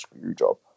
Screwjob